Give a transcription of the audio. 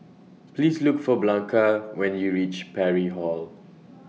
Please Look For Blanca when YOU REACH Parry Hall